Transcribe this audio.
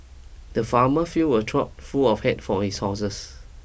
the farmer filled a trough full of hay for his horses